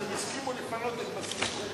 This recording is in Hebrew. אז הם הסכימו לפנות את בסיס כורדני.